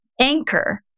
anchor